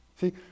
See